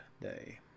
day